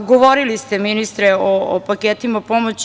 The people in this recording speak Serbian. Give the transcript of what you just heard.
Govorili ste, ministre, o paketima pomoći.